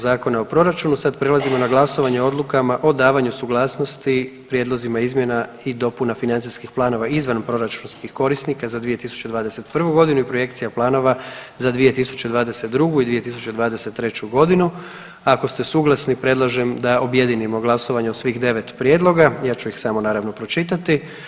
Zakona o proračunu sad prelazimo o glasovanju o odlukama o davanju suglasnosti Prijedlozima i dopunama financijskih planova izvanproračunskih korisnika za 2021. godinu i projekcija planova za 2022. i 2023. godinu, ako ste suglasni predlažem da objedinimo glasovanje o svih 9 prijedloga, ja ću ih samo naravno pročitati.